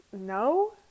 No